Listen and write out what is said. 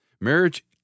Marriage